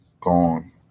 gone